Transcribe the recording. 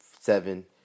seven